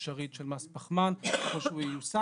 האפשרית של מס פחמן ככל שהוא ייושם.